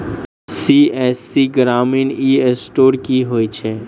CSC Grameen e store की होइ छै?